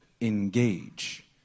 engage